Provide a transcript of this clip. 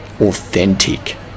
authentic